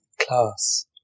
Class